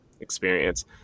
experience